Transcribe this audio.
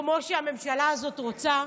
כמו שהממשלה הזאת רוצה,